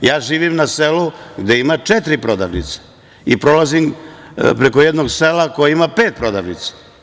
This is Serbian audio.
Ja živim na selu gde ima četiri prodavnice i prolazim preko jednog sela koje ima pet prodavnica.